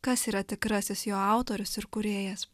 kas yra tikrasis jo autorius ir kūrėjas